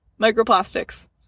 microplastics